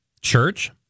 Church